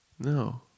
No